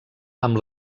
amb